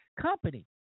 company